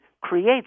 creates